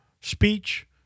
speech